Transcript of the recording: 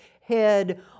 head